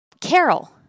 Carol